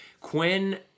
Quinn